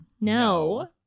No